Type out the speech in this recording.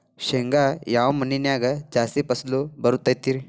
ಶೇಂಗಾ ಯಾವ ಮಣ್ಣಿನ್ಯಾಗ ಜಾಸ್ತಿ ಫಸಲು ಬರತೈತ್ರಿ?